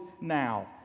now